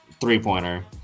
three-pointer